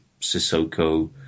Sissoko